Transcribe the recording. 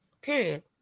Period